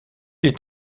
est